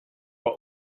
are